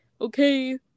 Okay